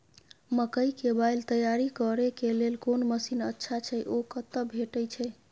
मकई के बाईल तैयारी करे के लेल कोन मसीन अच्छा छै ओ कतय भेटय छै